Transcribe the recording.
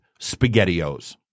SpaghettiOs